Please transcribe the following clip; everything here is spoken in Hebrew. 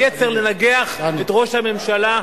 היצר לנגח את ראש הממשלה.